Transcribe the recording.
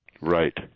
Right